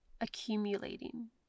accumulating